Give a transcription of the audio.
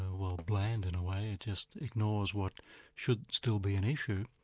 well, bland in a way it just ignores what should still be an issue.